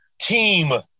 team